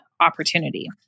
opportunity